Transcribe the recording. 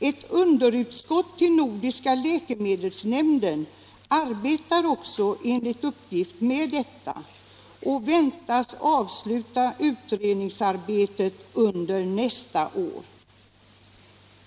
Ett underutskott till Nordiska läkemedelsnämnden arbetar också enligt uppgift med detta och väntas avsluta utredningsarbetet under nästa år.